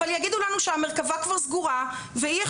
אבל יגידו לנו שהמרכב"ה שכבר סגורה ואי-אפשר,